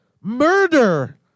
murder